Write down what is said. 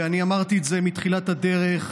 ואני אמרתי את זה מתחילת הדרך,